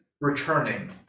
returning